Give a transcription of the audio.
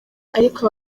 ariko